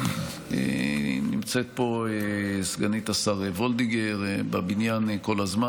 נמצאת פה סגנית השר וולדיגר בבניין כל הזמן.